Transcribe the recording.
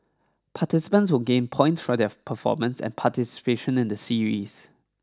participants will gain points from their performance and participation in the series